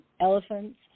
elephants